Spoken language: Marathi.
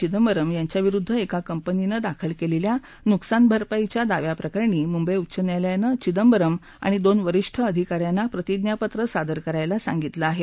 चिंदबरम यांच्याविरुद्ध एका कंपनीनं दाखल केलेल्या नुकसान भरपाईच्या दाव्या प्रकरणी मुंबई उच्च न्यायालयानं चिंदबरम आणि दोन वरीष्ठ अधिका यांना प्रतिज्ञापत्र सादर करायला सांगितलं आहे